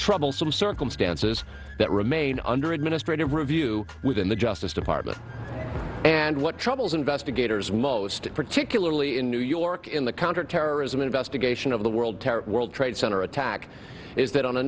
troublesome circumstances that remain under administrative review within the justice department and what troubles investigators most particularly in new york in the counterterrorism investigation of the world terror world trade center attack is that on a